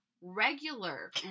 Regular